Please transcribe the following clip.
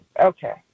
Okay